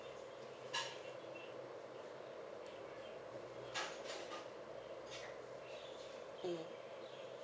mm